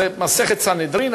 זה במסכת סנהדרין,